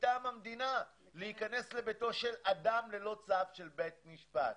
מטעם המדינה להיכנס לביתו של אדם ללא צו של בית המשפט.